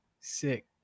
Sick